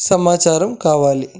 సమాచారం కావాలి